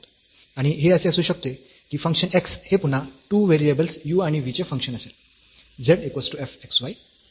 किंवा हे असे असू शकते की फंक्शन x हे पुन्हा 2 व्हेरिएबल्स u आणि v चे फंक्शन असेल